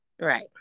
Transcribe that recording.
Right